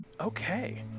Okay